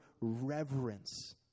reverence